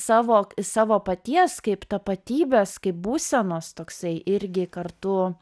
savo savo paties kaip tapatybės kaip būsenos toksai irgi kartu